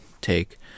take